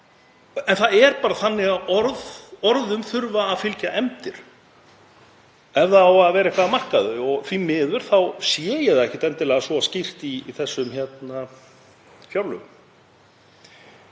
En það er bara þannig að orðum þurfa að fylgja efndir ef það á að vera eitthvað að marka þau og því miður þá sé ég það ekkert endilega svo skýrt í þessum fjárlögum.